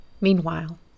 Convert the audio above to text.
Meanwhile